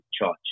charge